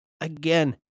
Again